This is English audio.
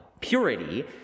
Purity